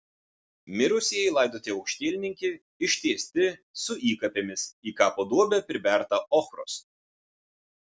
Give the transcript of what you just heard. mirusieji laidoti aukštielninki ištiesti su įkapėmis į kapo duobę priberta ochros